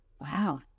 wow